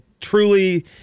truly